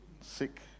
sick